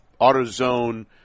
AutoZone